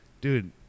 dude